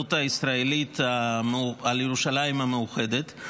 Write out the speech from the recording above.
בריבונות הישראלית על ירושלים המאוחדת.